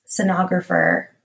sonographer